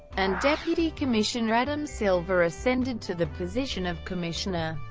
and deputy commissioner adam silver ascended to the position of commissioner.